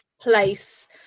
place